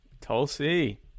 Tulsi